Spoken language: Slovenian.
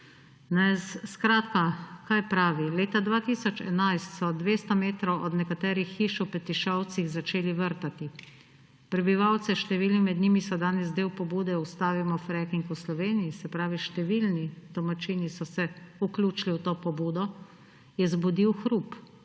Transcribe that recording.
zdi. Skratka, kaj pravi? »Leta 2011 so 200 metrov od nekaterih hiš v Petišovcih začeli vrtati. Prebivalce – številni med njimi so danes del pobude Ustavimo fracking v Sloveniji, se pravi, številni domačini so se vključili v to pobudo – je zbudil hrup.